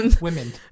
women